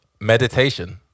meditation